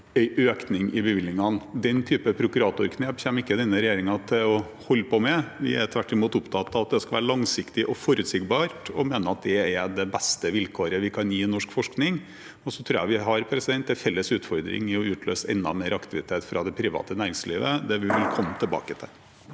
en økning i bevilgningene. Den typen prokuratorknep kommer ikke denne regjeringen til å holde på med. Vi er tvert imot opptatt av at det skal være langsiktig og forutsigbart, og mener det er det beste vilkåret vi kan gi norsk forskning. Jeg tror også at vi har en felles utfordring med å utløse enda mer aktivitet fra det private næringslivet. Det vil vi komme tilbake til.